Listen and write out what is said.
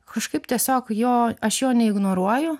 kažkaip tiesiog jo aš jo neignoruoju